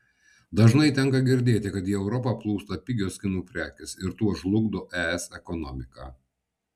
dažnai tenka girdėti kad į europą plūsta pigios kinų prekės ir tuo žlugdo es ekonomiką